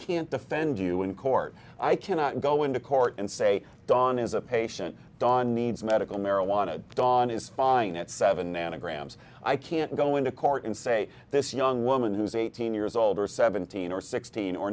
can't defend you in court i cannot go into court and say dawn is a patient gone needs medical marijuana dawn is fine at seven anagrams i can't go into court and say this young woman who's eighteen years old or seventeen or sixteen or